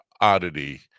oddity